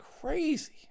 crazy